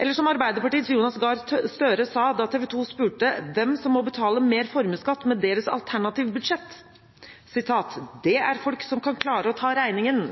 Eller som Arbeiderpartiets Jonas Gahr Støre sa da TV 2 spurte hvem som må betale mer formuesskatt med deres alternative budsjett: «Det er folk som kan klare å ta regningen.»